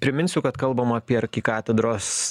priminsiu kad kalbam apie arkikatedros